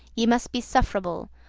ye must be suff'rable.